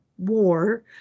war